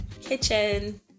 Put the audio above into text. kitchen